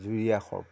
যোৰীয়া সৰ্প